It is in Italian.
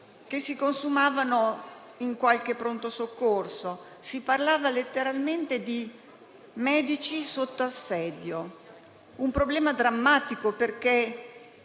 che si consumavano in qualche pronto soccorso. Si parlava letteralmente di medici sotto assedio, un problema drammatico perché,